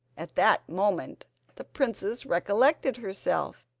at that moment the princess recollected herself.